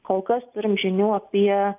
kol kas turim žinių apie